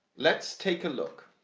let's take a look